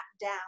down